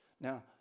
Now